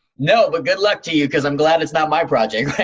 no, but good luck to you, cause i'm glad it's not my project.